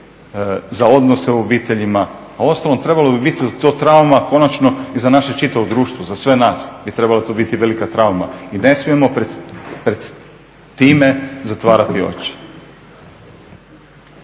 za odnose u obiteljima, a uostalom trebalo bi biti da je to trauma konačno i za naše čitavo društvo za sve na bi to trebala biti velika trauma. I ne smijemo pred time zatvarati oči.